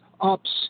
ups